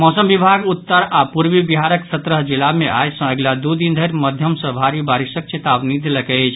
मौसम विभाग उत्तर आओर पूर्वी बिहारक सत्रह जिला मे आइ सँ अगिला दू दिन धरि मध्यम सँ भारी बारिशक चेतावनी देलक अछि